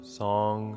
song